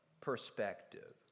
perspective